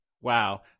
Wow